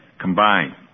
combined